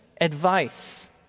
advice